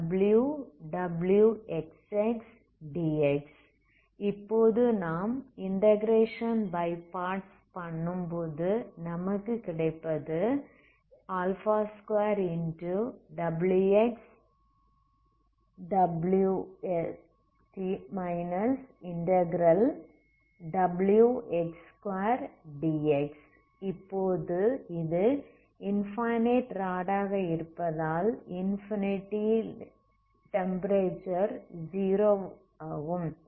wxx⏟dxB இப்போது நாம் integration by parts பண்ணும்போது நமக்கு கிடைப்பது2wxw|B wx2dx⏟B இப்பொழுது இது இன்ஃபனைட் ராட் ஆக இருந்தால் இன்ஃபினிட்டி ல் டெம்ப்பரேச்சர் 0 ஆகும்